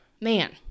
man